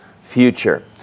future